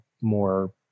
more